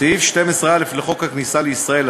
סעיף 12א לחוק הכניסה לישראל,